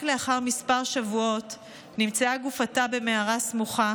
רק לאחר כמה שבועות נמצאה גופתה במערה סמוכה